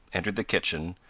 entered the kitchen,